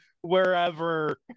wherever